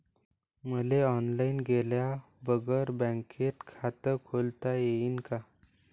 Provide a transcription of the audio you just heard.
मले ऑनलाईन गेल्या बगर बँकेत खात खोलता येईन का?